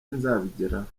nzabigeraho